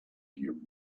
you